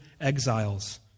exiles